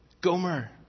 Gomer